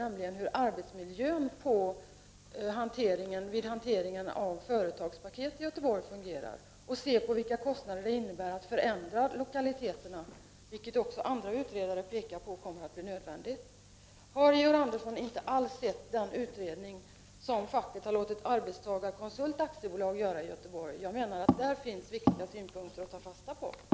Det gäller hur arbetsmiljön vid hanteringen av företagspaket i Göteborg fungerar och vilka kostnader det innebär att förändra lokaliteterna, vilket andra utredare har pekat på kommer att bli nödvändigt. Har Georg Andersson inte sett den utredning som facket har låtit Arbetstagarkonsult AB göra i Göteborg? Där finns det viktiga synpunkter att ta fasta på.